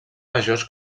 majors